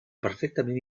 perfectament